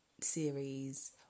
series